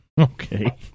Okay